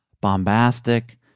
bombastic